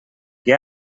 que